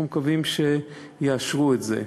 אנחנו מקווים שיאשרו את זה.